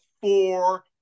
four